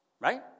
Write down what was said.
Right